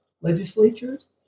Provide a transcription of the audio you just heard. legislatures